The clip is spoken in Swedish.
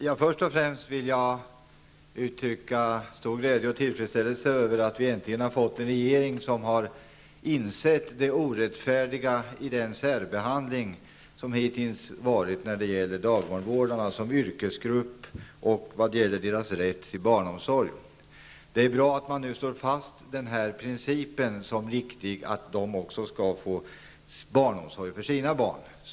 Fru talman! Jag vill först och främst uttrycka stor glädje och tillfredsställelse över att vi äntligen har fått en regering som insett det orättfärdiga i den särbehandling som dagbarnvårdarna som yrkesgrupp hittills utsatts för vad gäller deras rätt till barnomsorg. Det är bra att regeringen nu slår fast den riktiga principen att också de skall få barnomsorg för sina barn.